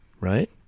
right